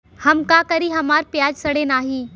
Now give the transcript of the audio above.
हम का करी हमार प्याज सड़ें नाही?